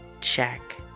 check